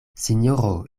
sinjoro